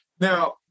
Now